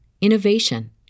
innovation